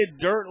Dirt